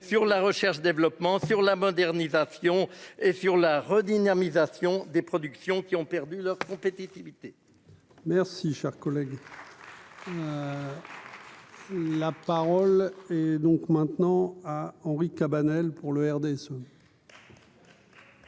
sur la recherche développement, sur la modernisation et sur la redynamisation des productions qui ont perdu leur compétitivité. Merci, cher collègue. La parole est donc maintenant à Henri Cabanel pour le RDSE.